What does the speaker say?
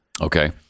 okay